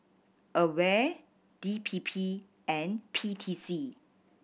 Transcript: AWARE D P P and P T C